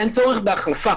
אין צורך בהחלפה.